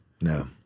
No